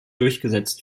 durchgesetzt